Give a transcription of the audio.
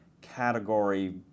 category